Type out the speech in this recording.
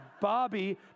Bobby